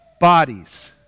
bodies